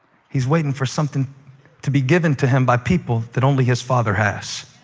he's waiting for something to be given to him by people that only his father has.